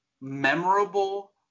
memorable